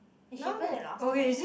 it's cheaper than last time